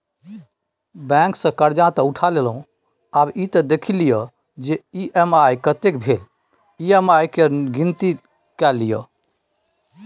bank सँ करजा तँ उठा लेलहुँ आब ई त देखि लिअ जे ई.एम.आई कतेक भेल ई.एम.आई केर गिनती कए लियौ